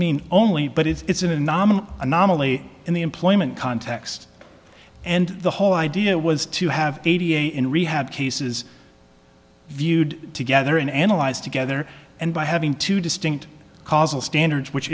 mean only but it's an anomaly anomaly in the employment context and the whole idea was to have a v a in rehab cases viewed together and analyzed together and by having two distinct causal standards which